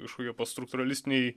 kažkokie pastruktūralistiniai